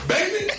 Baby